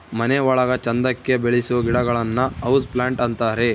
ಮನೆ ಒಳಗ ಚಂದಕ್ಕೆ ಬೆಳಿಸೋ ಗಿಡಗಳನ್ನ ಹೌಸ್ ಪ್ಲಾಂಟ್ ಅಂತಾರೆ